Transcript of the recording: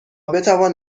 بتوان